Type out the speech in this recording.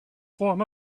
form